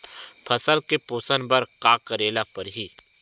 फसल के पोषण बर का करेला पढ़ही?